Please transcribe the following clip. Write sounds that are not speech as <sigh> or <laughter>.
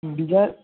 ডিজা <unintelligible>